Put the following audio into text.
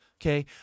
Okay